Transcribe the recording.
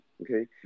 Okay